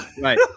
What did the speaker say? Right